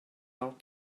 out